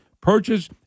Purchase